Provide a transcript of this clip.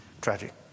Tragic